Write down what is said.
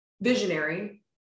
visionary